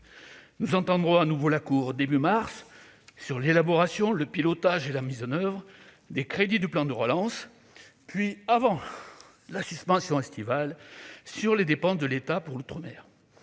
Nous entendrons de nouveau la Cour au début du mois de mars sur l'élaboration, le pilotage et la mise en oeuvre des crédits du plan de relance, puis avant la suspension estivale sur les dépenses de l'État pour l'outre-mer.